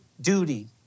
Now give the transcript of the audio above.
duty